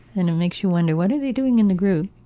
and it makes you wonder what are they doing in the group.